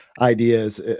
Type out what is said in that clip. ideas